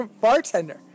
bartender